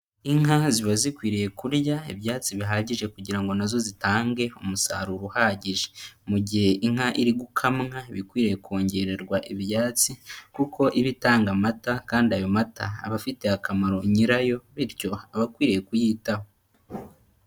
Inka ziba zikwiriye kurya ibyatsi bihagije kugira ngo nazo zitange umusaruro uhagije. Mu gihe inka iri gukamwa, iba ikwiye kongererwa ibyatsi kuko iba itanga amata kandi ayo mata aba afitiye akamaro nyirayo bityo aba akwiriye kuyitaho.